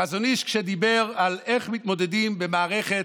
החזון איש דיבר על איך מתמודדים במערכת,